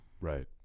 right